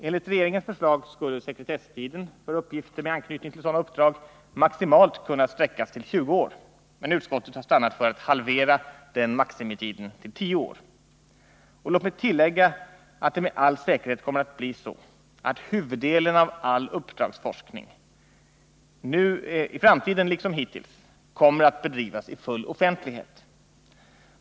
Enligt regeringens förslag skulle sekretesstiden för uppgifter med anknytning till sådana uppdrag maximalt kunna sträckas till 20 år, men utskottet har stannat för att halvera den maximitiden till 10 år. Och låt mig tillägga att det med all säkerhet kommer att bli så att huvuddelen av all uppdragsforskning i framtiden liksom hittills kommer att bedrivas i full offentlighet.